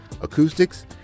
acoustics